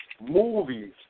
movies